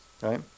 right